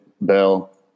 Bell